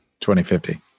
2050